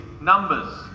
Numbers